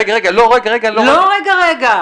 רגע רגע --- לא "רגע רגע".